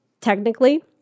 technically